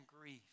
grief